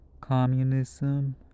communism